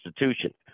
institution